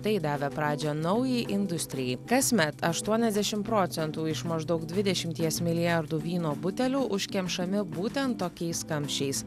tai davė pradžią naujai industrijai kasmet aštuoniasdešimt procentų iš maždaug dvidešimties milijardų vyno butelių užkemšami būtent tokiais kamščiais